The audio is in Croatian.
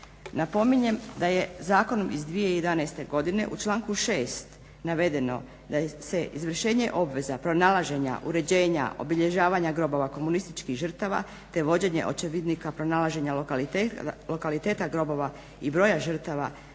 Napominjem da je zakonom iz 2011. godine u članku 6. navedeno da se izvršenje obveza pronalaženja, uređenja, obilježavanja grobova komunističkih žrtava, te vođenje očevidnika pronalaženja lokaliteta grobova i broja žrtava